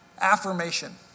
Affirmation